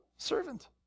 Servant